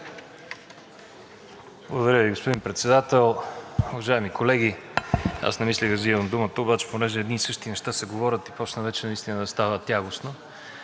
Благодаря Ви, господин Председател. Уважаеми колеги, аз не мислех да вземам думата, обаче понеже едни и същи неща се говорят и започна вече наистина да става тягостно.